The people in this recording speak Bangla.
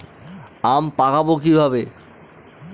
আম পাকাবো কিভাবে?